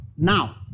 Now